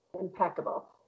impeccable